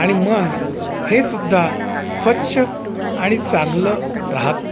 आणि मन हे सुद्धा स्वच्छ आणि चांगलं राहाते